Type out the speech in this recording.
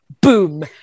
boom